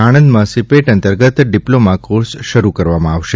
સાણંદમાં CIPET અંતર્ગત diploma course શરૂ કરાશે